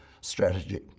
strategy